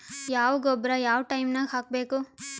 ಯಾವ ಗೊಬ್ಬರ ಯಾವ ಟೈಮ್ ನಾಗ ಹಾಕಬೇಕು?